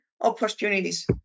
opportunities